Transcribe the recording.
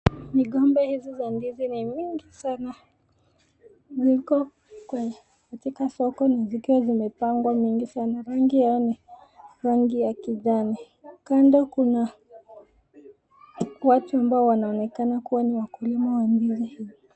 Migomba hizi za ndizi ni nyingi sana ziko kwenye katika soko na zikiwa zimepangwa mingi sana. Rangi yao ni rangi ya kijani. Kando kuna watu ambao wanaonekana kuwa ni wakulima wa ndizi hizi.